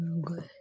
good